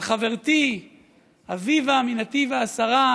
על חברתי אביבה מנתיב העשרה,